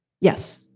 Yes